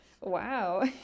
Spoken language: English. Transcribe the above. wow